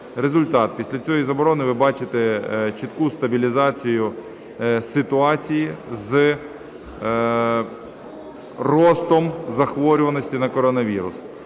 Результат. Після цієї заборони ви бачите чітку стабілізацію ситуації з ростом захворюваності на коронавірус.